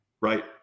right